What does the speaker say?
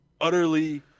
utterly –